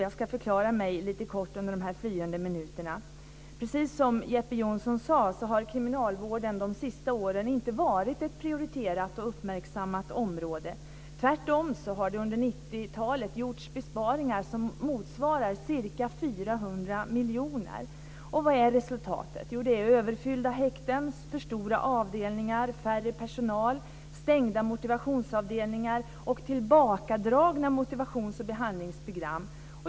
Jag ska förklara mig lite kort under de här flyende minuterna. Precis som Jeppe Johnsson sade har kriminalvården de senaste åren inte varit ett prioriterat och uppmärksammat område. Tvärtom har det under 90-talet gjorts besparingar som motsvarar ca 400 miljoner. Och vad är resultatet? Jo, det är överfyllda häkten, för stora avdelningar, färre personal, stängda motivationsavdelningar och tillbakadragna motivations och behandlingsprogram.